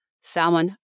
Salmon